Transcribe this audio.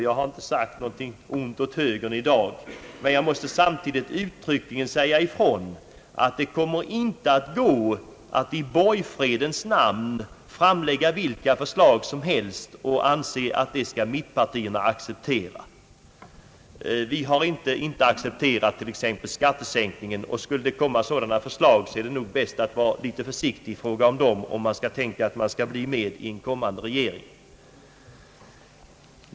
Jag har inte sagt något ont åt högern i dag. Jag måste dock samtidigt uttryckligen säga ifrån att det inte kommer att gå att i borgfredens namn framlägga vilka förslag som helst och anse att de skall accepteras av mittenpartierna. Vi har t.ex. inte accepterat skattesänkningsförslaget. Skulle det komma flera sådana förslag, är det nog bäst att vara litet försiktig i fråga om dem, om man tänker bli med i en kommande regering.